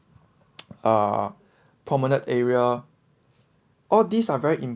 uh prominent area all these are very